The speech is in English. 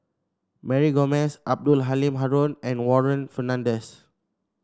Mary Gomes Abdul Halim Haron and Warren Fernandez